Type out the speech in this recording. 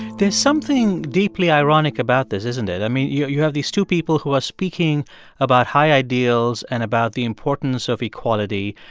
there's something deeply ironic about this, isn't there? i mean, yeah you have these two people who are speaking about high ideals and about the importance of equality,